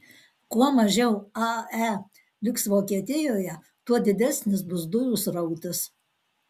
kuo mažiau ae liks vokietijoje tuo didesnis bus dujų srautas